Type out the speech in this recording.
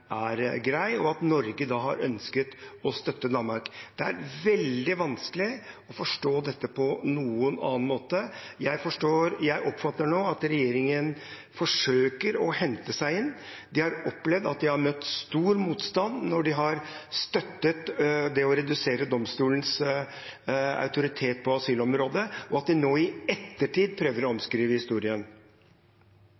grei, og at Norge har ønsket å støtte Danmark. Det er veldig vanskelig å forstå dette på noen annen måte. Jeg oppfatter nå at regjeringen forsøker å hente seg inn. De har opplevd å møte stor motstand når de har støttet det å redusere domstolens autoritet på asylområdet, og de prøver nå i ettertid å